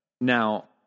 Now